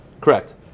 Correct